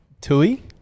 Tui